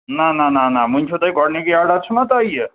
نہ نہ نہ نہ وُنہِ چھو تۄہہِ گۄڈٕنکۍ آرڈر چھُو نہ تۄہہِ یہِ